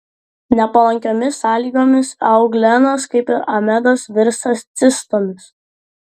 nepalankiomis sąlygomis euglenos kaip ir amebos virsta cistomis